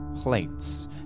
plates